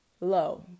low